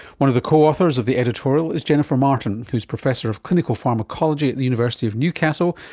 one of the co-authors of the editorial is jennifer martin, who is professor of clinical pharmacology at the university of newcastle,